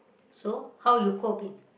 so how you coping